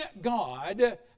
God